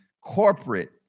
corporate